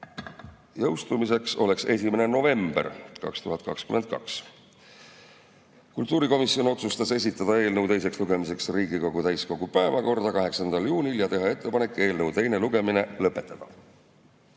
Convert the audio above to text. jõustuks 1. novembril 2022. Kultuurikomisjon otsustas esitada eelnõu teiseks lugemiseks Riigikogu täiskogu päevakorda 8. juunil ja teha ettepaneku eelnõu teine lugemine lõpetada.